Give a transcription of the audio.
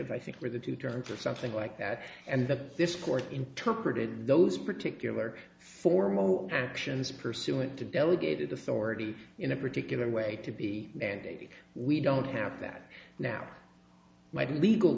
e i think for the to turn for something like that and that this court interpreted those particular formal actions pursuant to delegate authority in a particular way to be we don't have that now my legal